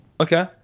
Okay